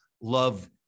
love